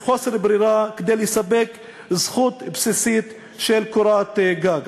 מחוסר ברירה, כדי לספק זכות בסיסית של קורת גג.